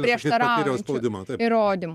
prieštaraujančių įrodymų